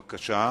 בבקשה.